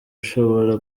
ushobora